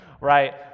right